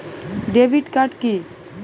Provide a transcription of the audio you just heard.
Debit card কি?